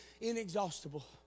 inexhaustible